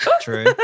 True